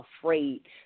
afraid